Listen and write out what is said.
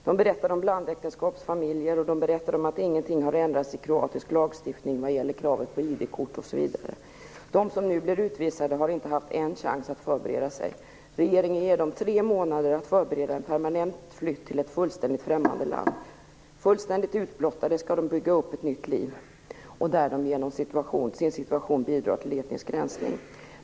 De berättade om blandäktenskapsfamiljer och att ingenting har ändrats i kroatisk lagstiftning när det gäller kravet på ID-kort osv. De som nu blir utvisade har inte haft en chans att förbereda sig. Regeringen ger dem tre månader för att förbereda en permanent flytt till ett helt främmande land. Fullständigt utblottade skall de bygga upp ett nytt liv där de genom sin situation bidrar till en etnisk rensning.